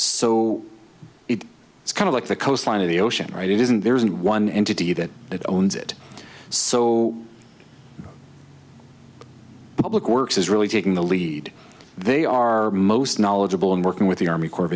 so it is kind of like the coastline of the ocean right it isn't there isn't one entity that it owns it so the public works is really taking the lead they are most knowledgeable in working with the army corps of